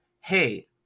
Hey